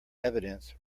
evidence